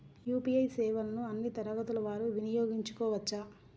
UPI సేవలని అన్నీ తరగతుల వారు వినయోగించుకోవచ్చా?